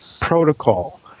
protocol